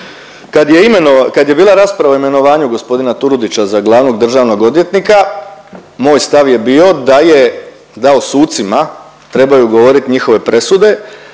Kad je bila rasprava o imenovanju gospodina Turudića za glavnog državnog odvjetnika moj stav je bio da je dao sucima, trebaju govoriti njihove presude,